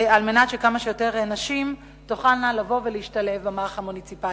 על מנת שכמה שיותר נשים תוכלנה לבוא ולהשתלב במערך המוניציפלי.